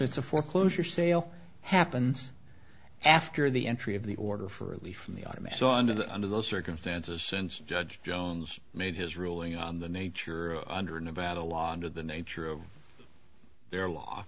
it's a foreclosure sale happens after the entry of the order for relief from the army i saw under the under those circumstances since judge jones made his ruling on the nature under nevada law and of the nature of their law